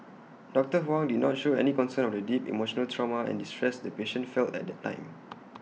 doctor Huang did not show any concern of the deep emotional trauma and distress the patient felt at that time